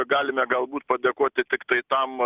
galime galbūt padėkoti tiktai tam